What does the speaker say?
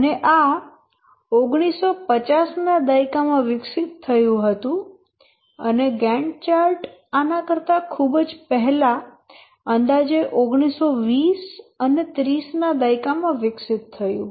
અને આ 1950 ના દાયકામાં વિકસિત થયું હતું અને ગેન્ટ ચાર્ટ આના કરતાં ખૂબ પહેલા અંદાજે 1920 અને 30 ના દાયકામાં વિકસિત થયું